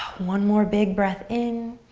one more big breath in